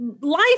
life